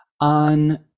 on